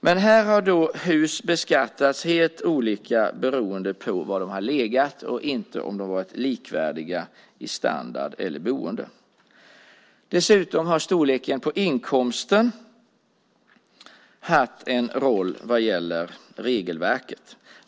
Men här har hus beskattats helt olika beroende på var de har legat och inte om de varit olikvärdiga i standard eller boende. Dessutom har storleken på inkomsten haft en roll enligt regelverket.